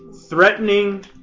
threatening